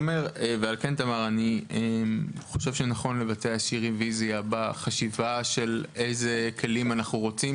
על כן תמר אני חושב שנכון לבצע רביזיה בחשיבה של אילו כלים אנו רוצים